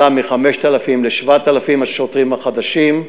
עלה מ-5,000 שקלים ל-7,000 שקלים לשוטרים החדשים,